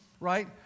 right